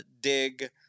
dig